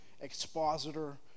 expositor